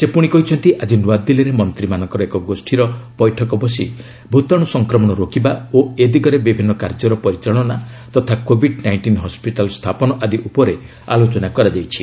ସେ ପୁଶି କହିଛନ୍ତି ଆଳି ନୂଆଦିଲ୍ଲୀରେ ମନ୍ତ୍ରୀମାନଙ୍କର ଏକ ଗୋଷ୍ଠୀର ବୈଠକ ବସି ଭୂତାଣୁ ସଂକ୍ରମଣ ରୋକିବା ଓ ଏ ଦିଗରେ ବିଭିନ୍ନ କାର୍ଯ୍ୟର ପରିଚାଳନା ତଥା କୋଭିଡ୍ ନାଇଷ୍ଟିନ୍ ହସ୍କିଟାଲ୍ ସ୍ଥାପନ ଆଦି ଉପରେ ଆଲୋଚନା କରାଯାଇଛି